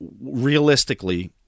realistically